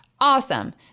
Awesome